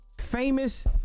famous